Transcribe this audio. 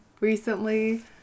recently